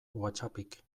whatsappik